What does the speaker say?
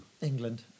England